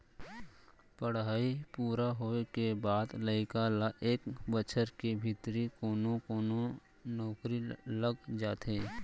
पड़हई पूरा होए के बाद लइका ल एक बछर के भीतरी कोनो कोनो नउकरी लग जाथे